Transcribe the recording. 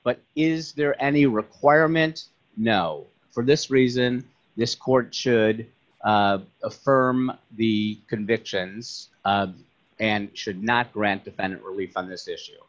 but is there any requirement no for this reason this court should affirm the convictions and should not grant defendant relief on this issue